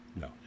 No